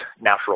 natural